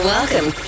Welcome